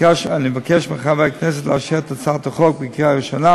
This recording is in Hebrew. אני מבקש מחברי הכנסת לאשר את הצעת החוק בקריאה ראשונה